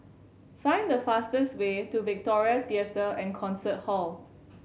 find the fastest way to Victoria Theatre and Concert Hall